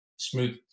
smooth